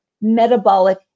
metabolic